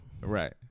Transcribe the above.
Right